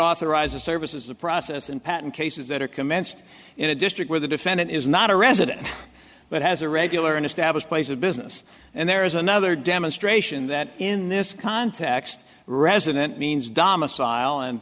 authorizes services the process and patent cases that are commenced in a district where the defendant is not a resident but has a regular and established place of business and there is another demonstration that in this context resident means dhamma sile and